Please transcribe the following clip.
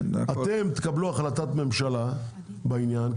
אתם תקבלו החלטת ממשלה בעניין,